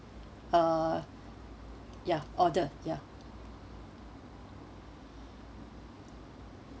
uh ya order ya